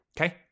Okay